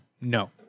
no